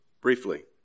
briefly